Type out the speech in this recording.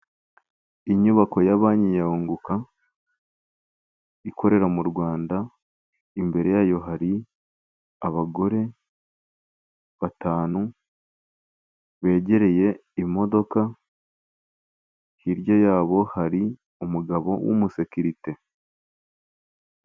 Inyubako ya banki ya Unguka ikorera mu Rwanda, imbere yayo hari abagore batanu begereye imodoka, hirya yabo hari umugabo w'umusekirite.